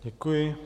Děkuji.